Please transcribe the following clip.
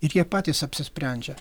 ir jie patys apsisprendžia